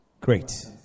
Great